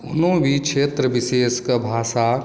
कोनो भी क्षेत्र विशेषके भाषा